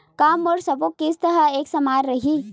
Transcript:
का मोर सबो किस्त ह एक समान रहि?